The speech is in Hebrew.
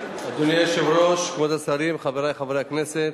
אדוני היושב-ראש, כבוד השרים, חברי חברי הכנסת,